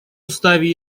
уставе